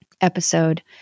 episode